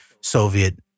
Soviet